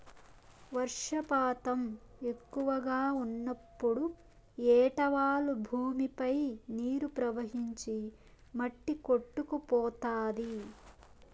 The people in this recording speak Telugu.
వర్షపాతం ఎక్కువగా ఉన్నప్పుడు ఏటవాలు భూమిపై నీరు ప్రవహించి మట్టి కొట్టుకుపోతాది